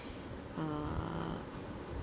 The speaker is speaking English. uh